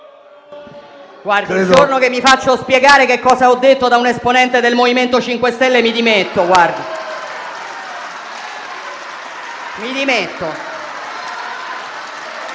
Guardi, il giorno che mi faccio spiegare che cosa ho detto da un esponente del MoVimento 5 Stelle, mi dimetto. *(Applausi.